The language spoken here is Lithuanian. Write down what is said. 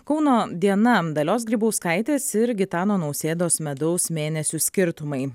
kauno diena dalios grybauskaitės ir gitano nausėdos medaus mėnesių skirtumai